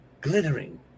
glittering